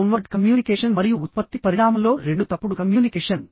downward communication మరియు ఉత్పత్తి పరిణామంలో రెండు తప్పుడు కమ్యూనికేషన్